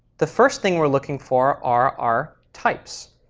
the first thing we're looking for are are types.